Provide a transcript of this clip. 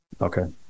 Okay